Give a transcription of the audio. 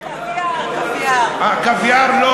קוויאר, קוויאר.